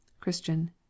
Christian